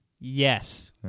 Yes